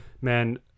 man